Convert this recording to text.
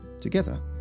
Together